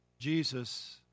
Jesus